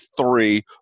three